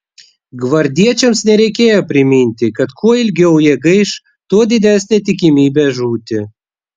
gvardiečiams nereikėjo priminti kad kuo ilgiau jie gaiš tuo didesnė tikimybė žūti